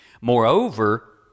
Moreover